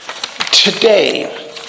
today